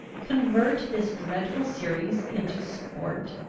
convert this dreadful series into sport?